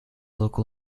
local